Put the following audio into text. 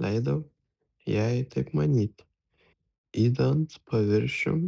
leidau jai taip manyti idant paviršiun